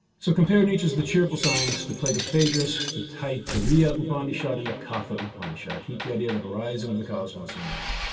so compare nietzsche's the cheerful science to plato's phaedrus, the taittiriya upanishad and the katha upanishad. keep the idea the horizon of the cosmos in mind.